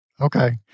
Okay